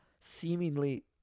seemingly